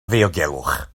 ddiogelwch